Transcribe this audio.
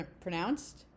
pronounced